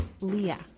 Leah